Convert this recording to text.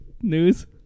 news